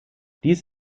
dies